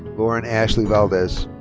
lauren ashley valdes.